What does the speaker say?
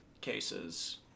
cases